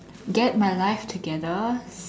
get my life together